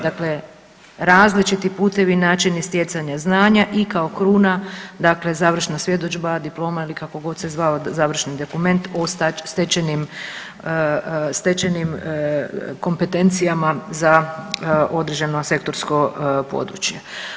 Dakle različiti putovi načina stjecanja znanja i kao kruna dakle završna svjedodžba, diploma ili kako god se zvao završni dokument o stečenim kompetencijama za određeno sektorsko područje.